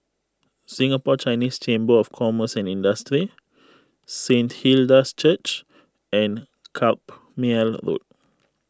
Singapore Chinese Chamber of Commerce and Industry Saint Hilda's Church and Carpmael Road